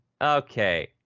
Okay